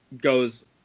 goes